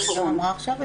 היא אמרה עכשיו את זה.